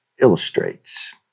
illustrates